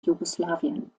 jugoslawien